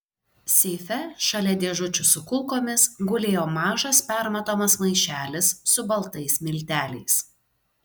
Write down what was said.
seife šalia dėžučių su kulkomis gulėjo mažas permatomas maišelis su baltais milteliais